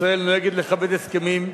ישראל נוהגת לכבד הסכמים.